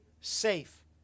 safe